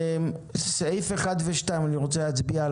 אני רוצה להצביע על סעיפים 1 ו-2, ולהתקדם.